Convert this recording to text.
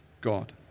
God